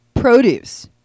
produce